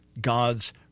God's